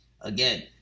Again